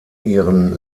ihren